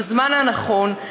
בזמן הנכון,